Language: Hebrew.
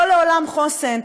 לא לעולם חוסן.